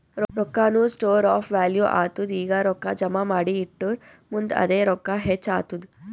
ರೊಕ್ಕಾನು store of value ಆತ್ತುದ್ ಈಗ ರೊಕ್ಕಾ ಜಮಾ ಮಾಡಿ ಇಟ್ಟುರ್ ಮುಂದ್ ಅದೇ ರೊಕ್ಕಾ ಹೆಚ್ಚ್ ಆತ್ತುದ್